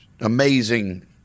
amazing